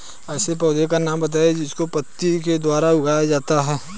ऐसे पौधे का नाम बताइए जिसको पत्ती के द्वारा उगाया जाता है